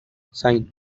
zain